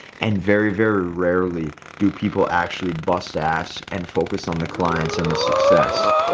and very, very rarely do people actually bust ass and focus on the clients and the success.